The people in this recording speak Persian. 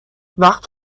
وقت